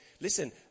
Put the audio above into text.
Listen